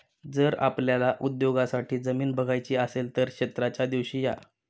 जर आपल्याला उद्योगासाठी जमीन बघायची असेल तर क्षेत्राच्या दिवशी या